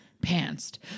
Pantsed